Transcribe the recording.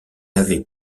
avait